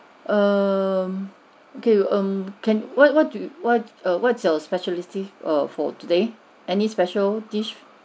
um okay we'd um can what what do you what err what's your specialty err for today any special dish